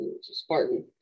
Spartan